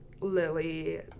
Lily